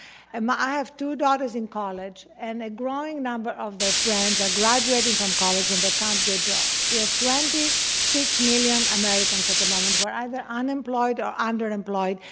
and i have two daughters in college. and a growing number of their friends are graduating from college, and they can't get jobs. we have twenty six million americans at the moment who are either unemployed or underemployed.